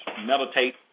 Meditate